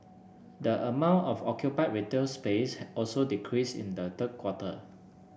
the amount of occupied retail space also decreased in the third quarter